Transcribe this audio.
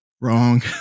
Wrong